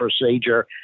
procedure